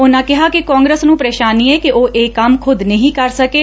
ਉਨੂਂ ਕਿਹਾ ਕਿ ਕਾਂਗਰਸ ਨੂੰ ਪਰੇਸ਼ਾਨੀ ਏ ਕਿ ਉਹ ਇਹ ਕੰਮ ਖੁਦ ਨਹੀਂ ਕਰ ਸਕੇ